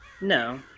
No